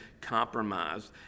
compromised